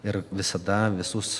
ir visada visus